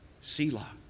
Selah